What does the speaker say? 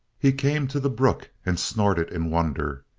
he came to the brook and snorted in wonder.